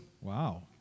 Wow